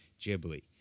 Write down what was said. Ghibli